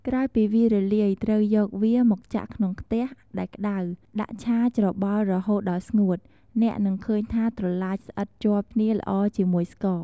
ក្រោយពីវារលាយ ត្រូវយកវាមកចាក់ក្នុងខ្ទះដែលក្តៅ ដាក់ឆាច្របល់រហូតដល់ស្ងួត អ្នកនឹងឃើញថាត្រឡាចស្អិតជាប់គ្នាល្អជាមួយស្ករ។